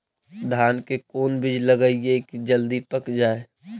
धान के कोन बिज लगईयै कि जल्दी पक जाए?